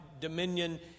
dominion